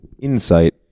insight